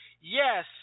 Yes